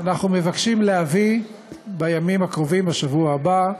מבקשים להביא בימים הקרובים, בשבוע הבא,